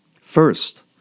First